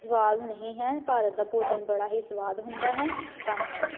ਜਵਾਬ ਨਹੀਂ ਹੈ ਭਾਰਤ ਦਾ ਭੋਜਨ ਬੜਾ ਹੀ ਸਵਾਦ ਹੁੰਦਾ ਹੈ ਧੰਨਵਾਦ